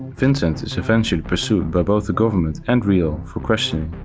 vincent is eventually pursued by both the government and re-l for questioning.